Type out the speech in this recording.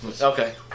Okay